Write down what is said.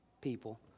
people